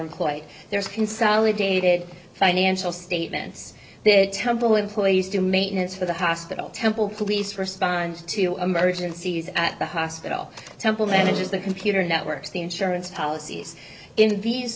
there is consolidated financial statements their temple employees do maintenance for the hospital temple police respond to emergencies at the hospital temple manages the computer networks the insurance policies in these